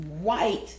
white